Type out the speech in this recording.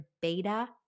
beta